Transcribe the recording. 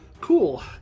Cool